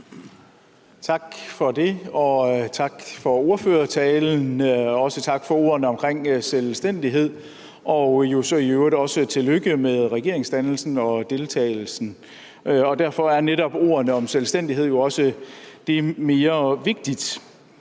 Tak for det, og tak for ordførertalen, og også tak for ordene om selvstændighed og jo så i øvrigt også tillykke med regeringsdannelsen og -deltagelsen, og derfor er netop ordene om selvstændighed jo også det mere vigtigt.